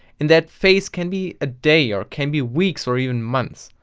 and that phase can be a day, or can be weeks, or even months.